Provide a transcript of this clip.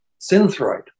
Synthroid